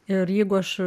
ir jeigu aš